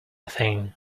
thing